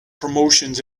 promotions